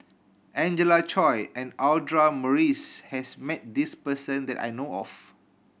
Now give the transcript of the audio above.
Angelina Choy and Audra Morrice has met this person that I know of